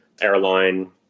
airline